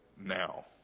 now